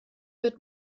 wird